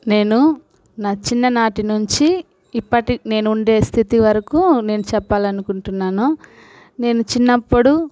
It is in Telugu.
నేను నా చిన్ననాటి నుంచి ఇప్పటి నేనుండే స్థితి వరకు నేను చెప్పాలనుకుంటున్నాను నేను చిన్నప్పుడు